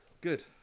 Good